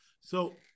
So-